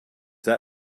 that